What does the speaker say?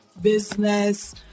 business